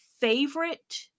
favorite